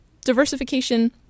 diversification